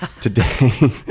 today